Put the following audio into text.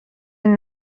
این